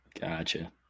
Gotcha